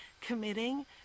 committing